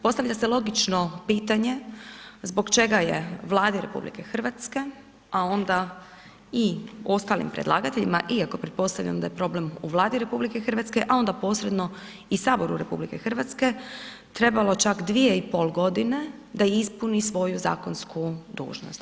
Postavlja se logično pitanje zbog čega je Vladi RH a onda i ostalim predlagateljima, iako pretpostavljam da je problem u Vladi RH a onda posredno i Saboru RH trebalo čak 2,5 godine da ispuni svoju zakonsku dužnost.